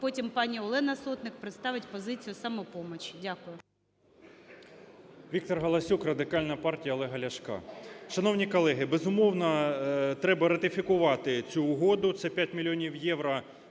потім пані Олена Сотник представить позицію "Самопомочі". Дякую.